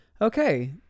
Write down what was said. okay